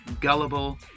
gullible